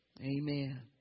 Amen